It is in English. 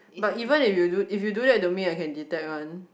but even if you do if you do that to me I can detect one